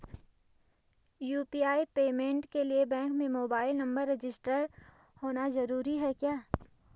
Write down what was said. UPI payment के लिए bank में मोबाइल नंबर रजिस्टर्ड होना जरूरी है क्या?